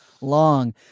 long